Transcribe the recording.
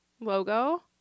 logo